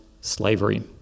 slavery